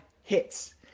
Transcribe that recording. hits